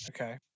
Okay